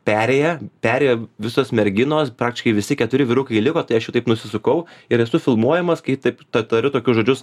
perėją perėjo visos merginos praktiškai visi keturi vyrukai liko tai aš jau taip nusisukau ir esu filmuojamas kai taip ta tariu tokius žodžius